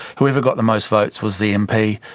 whoever got the most votes was the mp.